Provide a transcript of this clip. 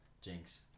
Jinx